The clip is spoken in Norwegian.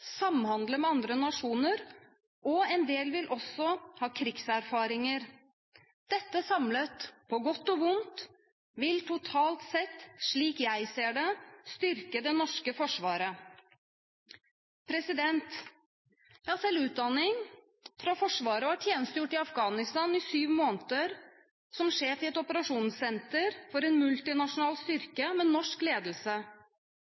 samhandle med andre nasjoner, og en del vil også ha krigserfaringer. Dette samlet – på godt og vondt – vil totalt sett, slik jeg ser det, styrke det norske Forsvaret. Jeg har selv utdanning fra Forsvaret og har tjenestegjort i Afghanistan i syv måneder som sjef i et operasjonssenter for en multinasjonal